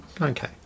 Okay